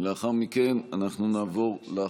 לאחר מכן אנחנו נעבור לחקיקה.